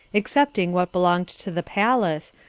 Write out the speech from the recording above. excepting what belonged to the palace,